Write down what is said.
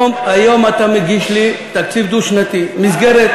היום אתה מגיש לי תקציב דו-שנתי, מסגרת,